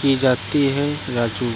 की जाती है राजू?